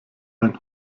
ein